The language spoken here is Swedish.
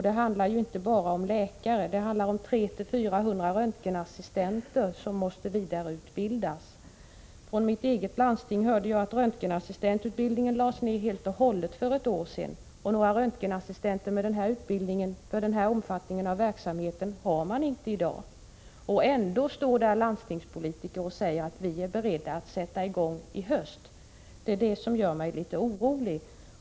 Det handlar inte bara om läkare utan också om 300-400 röntgenassistenter som måste vidareutbildas. I mitt eget landsting hörde jag att röntgenassistentutbildningen lades ned helt och hållet för ett år sedan. Några röntgenassistenter med utbildning för denna verksamhet finns inte i dag. Ändå påstår vissa landstingspolitiker att de är beredda att sätta i gång i höst. Detta gör mig litet orolig.